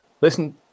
Listen